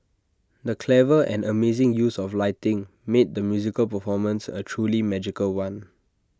the clever and amazing use of lighting made the musical performance A truly magical one